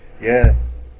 Yes